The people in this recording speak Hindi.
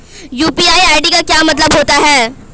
यू.पी.आई आई.डी का मतलब क्या होता है?